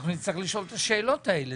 אנחנו נצטרך לשאול את השאלות האלה,